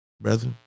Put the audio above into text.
Brother